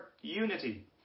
unity